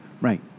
Right